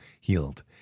Healed